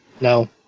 No